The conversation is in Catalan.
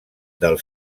del